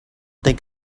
think